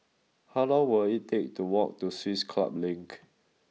how long will it take to walk to Swiss Club Link